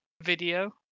video